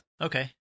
Okay